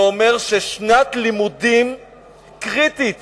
זה אומר ששנת לימודים קריטית,